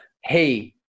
hey